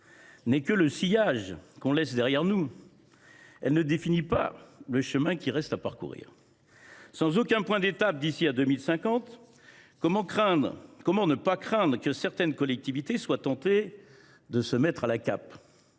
n’est que le sillage que nous laissons derrière nous ; elle ne définit pas le chemin qui reste à parcourir ! Sans aucun point d’étape d’ici à 2050, comment ne pas craindre que certaines collectivités soient tentées de se mettre à la cape ?